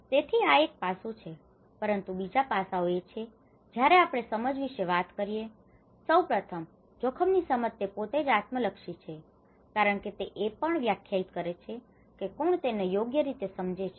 તેથી આ એક પાસું છે પરંતુ બીજા પાસાઓ એ છે જયારે આપણે સમજ વિશે વાત કરીએ સૌપ્રથમ જોખમ ની સમજ તે પોતેજ આત્મલક્ષી છે કારણ કે તે એ પણ વ્યાખ્યાયિત કરે છે કે કોણ તેને યોગ્ય રીતે સમજે છે